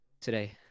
today